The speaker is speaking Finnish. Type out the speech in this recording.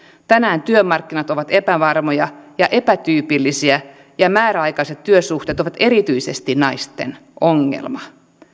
tänään työmarkkinat ovat epävarmoja ja epätyypillisiä ja määräaikaiset työsuhteet ovat erityisesti naisten ongelma